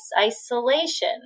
Isolation